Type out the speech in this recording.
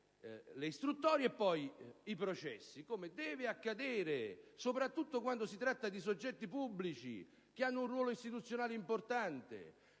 le istruttorie, e poi i processi, come deve essere, in particolare quando si tratta di soggetti pubblici che hanno un ruolo istituzionale importante.